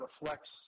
reflects